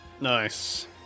nice